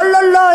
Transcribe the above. לא לא לא,